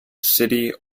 city